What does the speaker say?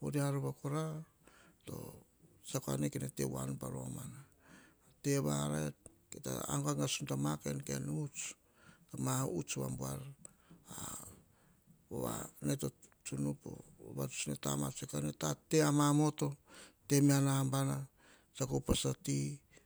Oh oriarova toh tsiako ane kene teva tanu vani paromana teva rai. Kah kita agaga as niu ta huts ma huts vaboar. Ene to tsunu poh vavatuts ne tama tate tea mamoto me ah nambana. Tsiako upas ati